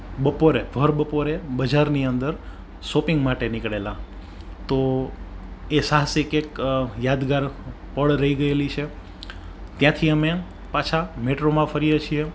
બપોરે ભરબપોરે બજારની અંદર શોપિંગ માટે નીકળેલા તો એ સાહસિક એક યાદગાર પળ રહી ગયેલી છે ત્યાંથી અમે પાછા મેટ્રોમાં ફરીએ છીએ